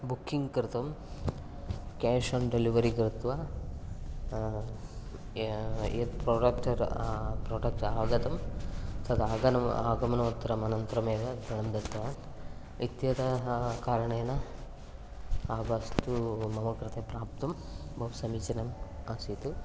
booking कृतं cash on delivery कृत्वा यत् प्रोडक्ट् प्रोडक्ट् आगतं तद् आगनम् आगमनोत्तरम् अनन्तरमेव धनं दत्वा इत्यतः कारणेन आवस्तु मम कृते प्राप्तुं बहु समीचीनम् आसीत्